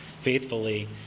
faithfully